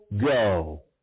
go